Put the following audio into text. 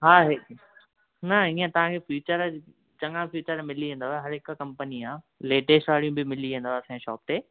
हा हे न इएं तव्हां खे फ़ीचर चङा फ़ीचर मिली वेंदव हर हिक कंपनीअ जा लेटेस्ट वारियूं बि मिली वेंदव असां जे शॉप ते